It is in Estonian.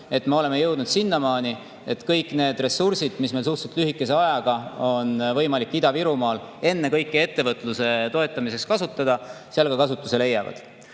Me oleme jõudnud sinnamaani, et kõik need ressursid, mis meil suhteliselt lühikese ajaga on võimalik Ida-Virumaal ennekõike ettevõtluse toetamiseks kasutada, seal ka kasutuse leiavad. Mis